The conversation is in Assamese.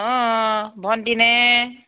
অ ভণ্টীনে